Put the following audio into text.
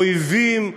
אויבים,